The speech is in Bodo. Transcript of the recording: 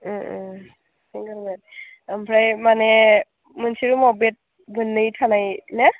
सिंगोल बेड ओमफ्राय माने मोनसे रुमाव बेड मोननै थानाय ने